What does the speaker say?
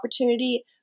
opportunity